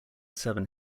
seven